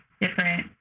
different